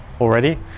already